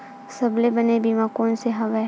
सबले बने बीमा कोन से हवय?